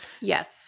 yes